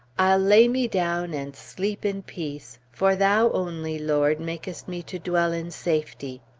i'll lay me down and sleep in peace, for thou only, lord, makest me to dwell in safety.